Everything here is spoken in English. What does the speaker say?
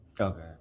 Okay